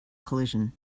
collision